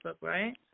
right